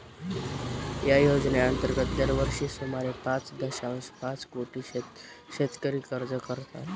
या योजनेअंतर्गत दरवर्षी सुमारे पाच दशांश पाच कोटी शेतकरी अर्ज करतात